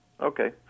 Okay